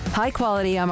high-quality